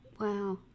Wow